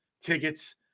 tickets